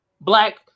black